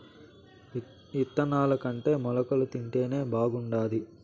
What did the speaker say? ఇత్తనాలుకంటే మొలకలు తింటేనే బాగుండాది